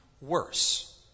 worse